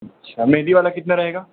अच्छा मेहँदी वाला कितना रहेगा